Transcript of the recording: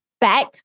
back